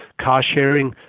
car-sharing